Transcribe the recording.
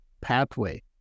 pathway